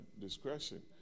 discretion